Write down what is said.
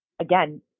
again